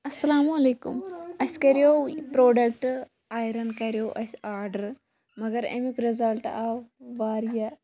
اَلسلام علیکُم اَسہِ کَریاو یہِ پروڈَکٹ ایرَن کَریاو اَسہِ آڈر مَگر اَمیُک رِزلٹ آو واریاہ